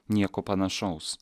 nieko panašaus